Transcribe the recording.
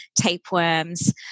tapeworms